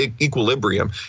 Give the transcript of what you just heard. equilibrium